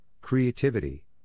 creativity